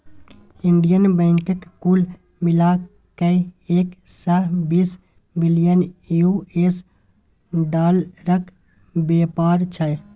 Indian बैंकक कुल मिला कए एक सय बीस बिलियन यु.एस डालरक बेपार छै